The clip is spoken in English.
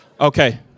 Okay